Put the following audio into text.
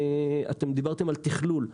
דיברתם על תכלול.